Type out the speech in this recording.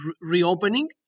reopening